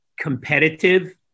competitive